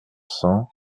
cents